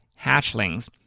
hatchlings